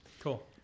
Cool